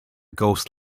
ghost